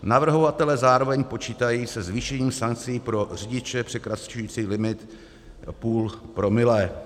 Navrhovatelé zároveň počítají se zvýšením sankcí pro řidiče překračující limit půl promile.